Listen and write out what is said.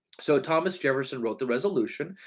so thomas jefferson wrote the resolution,